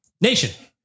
Nation